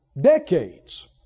decades